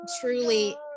truly